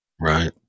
Right